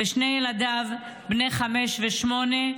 ושני ילדים בני חמש ושמונה.